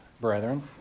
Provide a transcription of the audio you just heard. brethren